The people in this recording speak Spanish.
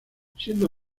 siendo